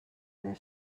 their